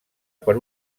per